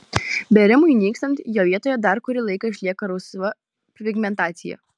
bėrimui nykstant jo vietoje dar kurį laiką išlieka rusva pigmentacija